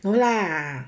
no lah